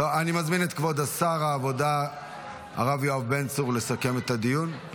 אני מזמין את כבוד שר העבודה הרב יואב בן צור לסכם את הדיון.